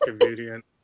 convenient